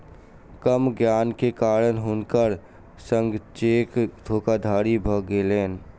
कम ज्ञान के कारण हुनकर संग चेक धोखादड़ी भ गेलैन